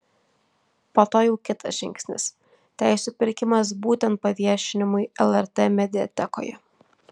po to jau kitas žingsnis teisių pirkimas būtent paviešinimui lrt mediatekoje